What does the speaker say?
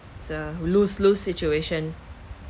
ya it's a lose-lose situation